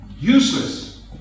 Useless